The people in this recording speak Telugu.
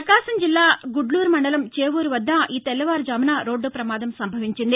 ప్రకాశం జిల్లా గుడ్లూరు మండలం చేవూరు వద్ద ఈ తెల్లవారు జామున ఘోర రోడ్డ ప్రమాదం సంభవించింది